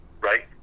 right